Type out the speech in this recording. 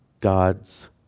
God's